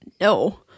No